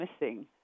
missing